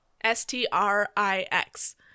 S-T-R-I-X